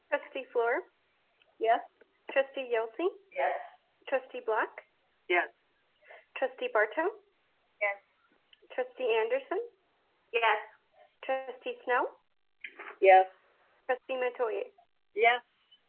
trustee fluor yes trustee yelsey yes trustee black yes trustee barto yes trustee anderson yes trustee snell yes trustee metoyer yes